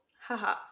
Haha